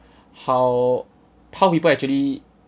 how people actually